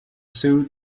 zoo